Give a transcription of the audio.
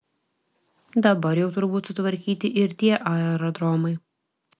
dabar jau turbūt sutvarkyti ir tie aerodromai